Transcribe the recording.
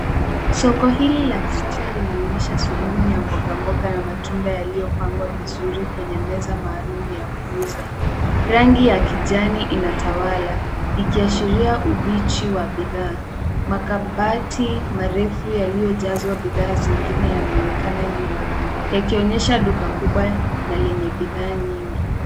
Soko hili la kisasa linaonyesha sehemu ya mboga mboga na matunda yaliyopangwa vizuri kwenye meza maalum ya kuuza. Rangi ya kijani inatawala ikiashiria ubichi wa bidhaa. Makabati marefu yaliyojazwa bidhaa zingine yanaonekana nyuma yakionyesha duka kubwa na lenye bidhaa nyingi.